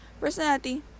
personality